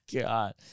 God